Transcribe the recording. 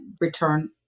return